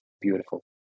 beautiful